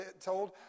told